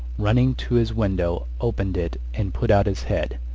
running to his window, opened it and put out his head.